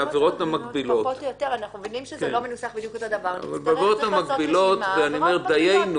בהתאם לתרחישים הייחודיים